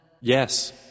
Yes